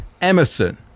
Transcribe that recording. Emerson